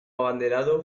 abanderado